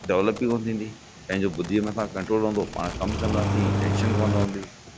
develop ई कोन थींदी पंहिंजी बुद्धीअ मथां कंट्रोल रहंदो पाण कमु कंदासीं टेंशन कोन रहंदी